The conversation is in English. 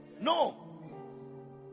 no